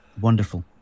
wonderful